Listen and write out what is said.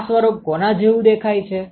આ સ્વરૂપ કેના જેવું દેખાય છે